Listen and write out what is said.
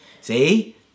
See